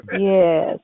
Yes